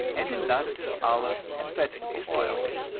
and in nuts, olives, and vegetable oils.